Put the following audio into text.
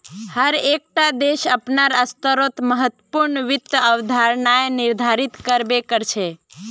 हर एक टा देश अपनार स्तरोंत महत्वपूर्ण वित्त अवधारणाएं निर्धारित कर बे करछे